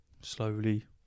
slowly